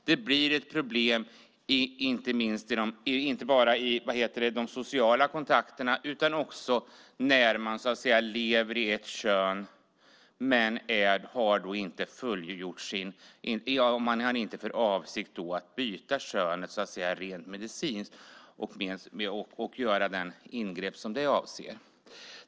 Det blir ett problem inte bara i de sociala kontakterna utan också när man lever i ett kön men inte har för avsikt att byta kön rent medicinskt och göra det ingrepp som det kräver.